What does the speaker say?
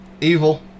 Evil